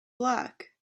black